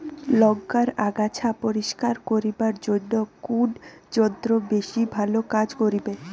লংকার আগাছা পরিস্কার করিবার জইন্যে কুন যন্ত্র বেশি ভালো কাজ করিবে?